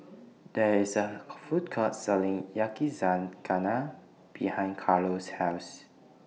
There IS A Food Court Selling Yakizakana behind Carlo's House